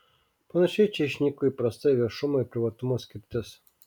panašiai čia išnyko įprasta viešumo ir privatumo skirtis